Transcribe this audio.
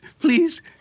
Please